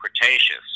Cretaceous